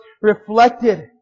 reflected